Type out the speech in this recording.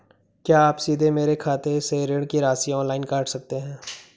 क्या आप सीधे मेरे खाते से ऋण की राशि ऑनलाइन काट सकते हैं?